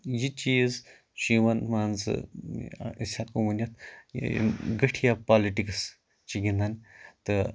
یہِ چیٖز چھُ یِوان مان ژٕ أسۍ ہیکو وٕنِتھ گھٹیا پالِٹِکٕس چھِ گِنٛدان تہٕ